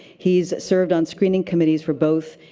he's served on screening committees for both,